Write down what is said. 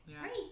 Great